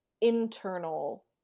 internal